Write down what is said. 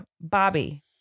bobby